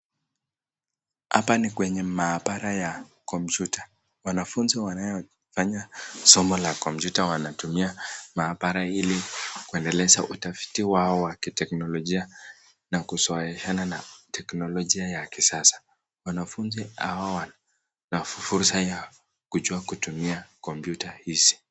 Hapa ni kwenye maabara ya kompyuta. Wanafunzi wanayofanya somo la kompyuta wanatumia maabara ili kuendeleza utafiti wao wa kiteknolojia na kuzoeana na teknolojia ya kisasa. Wanafunzi hao wana fursa ya kujua kutumia kompyuta hizi.